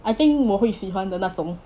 I think 我会喜欢的那种